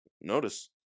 notice